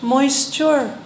Moisture